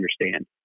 understand